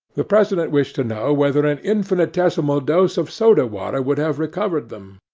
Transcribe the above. the president wished to know whether an infinitesimal dose of soda-water would have recovered them?